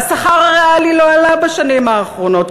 והשכר הריאלי לא עלה בשנים האחרונות,